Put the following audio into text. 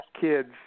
kids